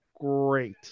Great